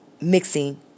Mixing